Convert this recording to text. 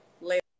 later